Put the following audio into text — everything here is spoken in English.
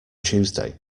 tuesday